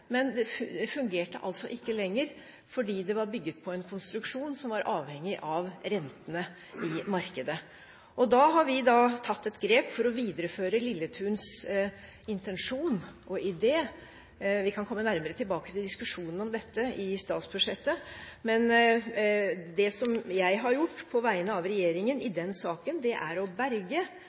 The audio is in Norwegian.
fungerte lenger fordi det var bygget på en konstruksjon som var avhengig av rentene i markedet. Vi har tatt et grep for å videreføre Lilletuns intensjon og idé, vi kan komme nærmere tilbake til diskusjonen om dette i forbindelse med statsbudsjettet. Det som jeg har gjort på vegne av regjeringen i denne saken, er å berge